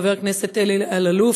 ימים בשבי ה"חמאס".